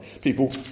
People